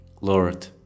Lord